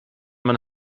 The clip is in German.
man